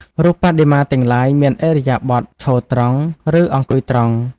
រូបបដិមាទាំងឡាយមានឥរិយាបថ ឈរត្រង់ ឬ អង្គុយត្រង់។